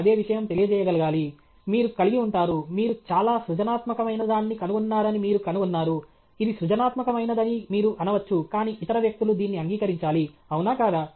అదే విషయం తెలియజేయగలగాలి మీరు కలిగి ఉంటారు మీరు చాలా సృజనాత్మకమైనదాన్ని కనుగొన్నారని మీరు కనుగొన్నారు ఇది సృజనాత్మకమైనదని మీరు అనవచ్చు కానీ ఇతర వ్యక్తులు దీన్ని అంగీకరించాలి అవునా కాదా